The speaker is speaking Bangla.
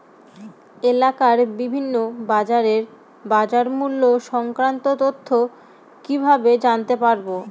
এলাকার বিভিন্ন বাজারের বাজারমূল্য সংক্রান্ত তথ্য কিভাবে জানতে পারব?